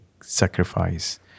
sacrifice